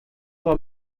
war